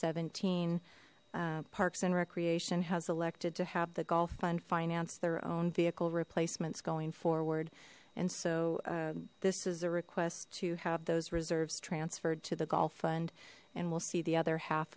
seventeen parks and recreation has elected to have the gulf fund finance their own vehicle replacements going forward and so this is a request to have those reserves transferred to the gulf fund and we'll see the other half